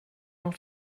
noch